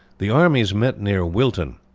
the armies met near wilton,